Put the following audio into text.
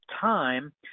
time